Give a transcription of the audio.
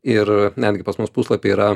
ir netgi pas mus puslapiai yra